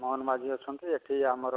ମୋହନ ମାଝୀ ଅଛନ୍ତି ଏଠି ଆମର